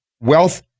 wealth